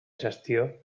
gestió